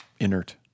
inert